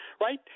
right